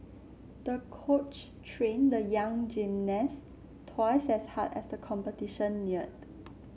the coach trained the young gymnast twice as hard as the competition neared